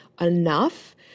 enough